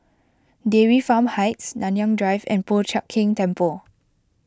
Dairy Farm Heights Nanyang Drive and Po Chiak Keng Temple